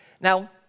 Now